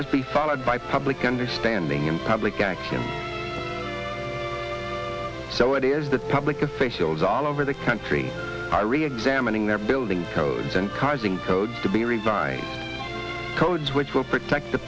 must be followed by public understanding and public action so it is the public officials all over the country are re examining their building codes and causing code to be redesigned codes which will protect the